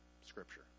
scripture